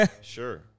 Sure